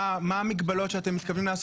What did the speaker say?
מה המגבלות שאתם מתכוונים להטיל?